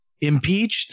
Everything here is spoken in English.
impeached